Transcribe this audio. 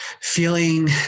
feeling